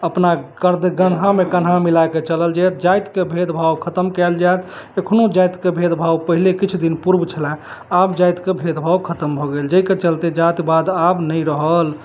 अपना कद कन्हामे कन्हा मिलाके चलल जाएत जाइतके भेदभाव खत्म कयल जाएत एखनो जाइतके भेदभाव पहिले किछु दिन पूर्व छलए आब जाइतके भेदभाव खत्म भऽ गेल जाहिके चलते जातिवाद आब नहि रहल